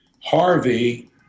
Harvey